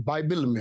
Bible